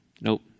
nope